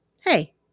hey